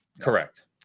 Correct